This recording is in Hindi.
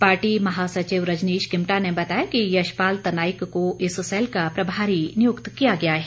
पार्टी महासचिव रजनीश किमटा ने बताया कि यशपाल तनाईक को इस सैल का प्रभारी नियुक्त किया गया है